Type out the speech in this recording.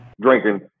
drinking